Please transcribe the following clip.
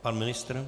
Pan ministr?